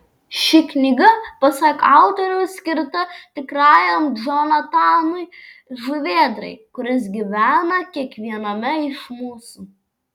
ši knyga pasak autoriaus skirta tikrajam džonatanui žuvėdrai kuris gyvena kiekviename iš mūsų